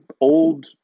old